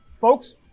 folks